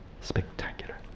Spectacular